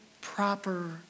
proper